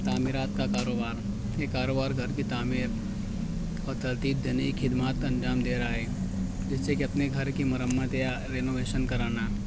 تعمیرات کا کاروبار یہ کاروبار گھر کی تعمیر اور ترتیب دینے خدمات انجام دے رہا ہے جیسے کہ اپنے گھر کی مرمت یا رینویشن کرانا